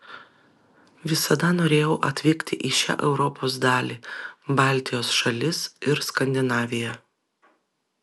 visada norėjau atvykti į šią europos dalį baltijos šalis ir skandinaviją